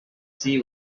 see